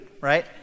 Right